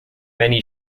many